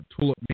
Tulip